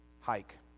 hike